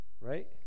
Right